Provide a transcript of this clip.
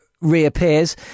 Reappears